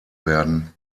werden